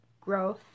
growth